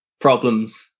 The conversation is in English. problems